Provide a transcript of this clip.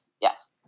Yes